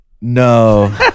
No